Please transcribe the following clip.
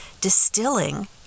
distilling